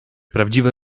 prawdziwe